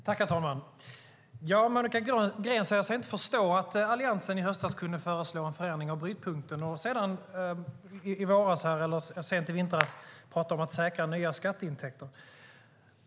Herr talman! Monica Green säger sig inte förstå att Alliansen i höstas kunde föreslå en förändring av brytpunkten och sedan, sent i vintras, tala om att säkra nya skatteintäkter.